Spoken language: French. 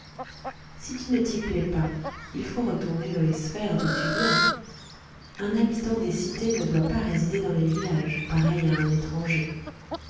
si tu ne t'y plais pas il faut retourner dans les sphères d'où tu viens un habitant des cités ne doit pas résider dans les villages pareil à un étranger